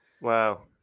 wow